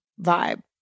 vibe